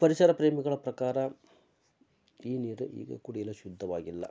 ಪರಿಸರ ಪ್ರೇಮಿಗಳ ಪ್ರಕಾರ ಈ ನೀರು ಈಗ ಕುಡಿಯಲು ಶುದ್ಧವಾಗಿಲ್ಲ